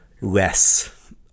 less